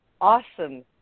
awesome